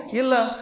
illa